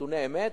נתוני אמת,